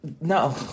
no